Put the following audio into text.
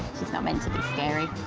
she's not meant to be scary.